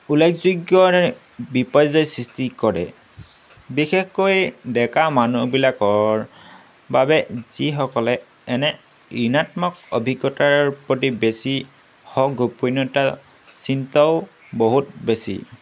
উল্লেখযোগ্য বিপৰ্যয় সৃষ্টি কৰে বিশেষকৈ ডেকা মানুহবিলাকৰ বাবে যিসকলে এনে ঋণাত্মক অভিজ্ঞতাৰ প্ৰতি বেছি স গোপন্যতা চিন্তাও বহুত বেছি